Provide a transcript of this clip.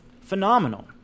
phenomenal